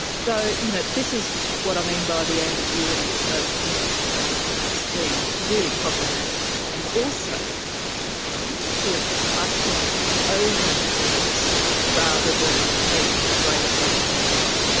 so you know this is what i mean by the ambiguity of those community standards being really problematic. and also the tendency of the platforms to over-enforce rather than meet greater public outcry.